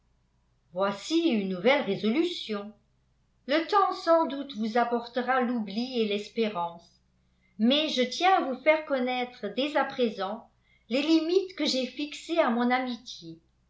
voici une nouvelle résolution le temps sans doute vous apportera l'oubli et l'espérance mais je tiens à vous faire connaître dès à présent les limites que j'ai fixées à mon amitié